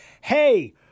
hey